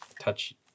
touch